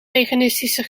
veganistische